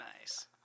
Nice